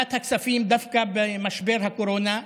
בוועדת הכספים, דווקא במשבר הקורונה,